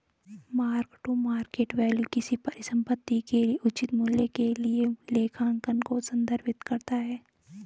mark to market value किसी परिसंपत्ति के उचित मूल्य के लिए लेखांकन को संदर्भित करता है